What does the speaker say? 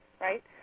Right